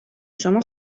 شما